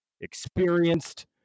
experienced